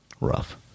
Rough